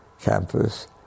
campus